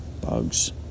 Bugs